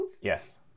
Yes